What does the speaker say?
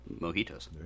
mojitos